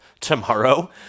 tomorrow